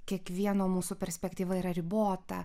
kiekvieno mūsų perspektyva yra ribota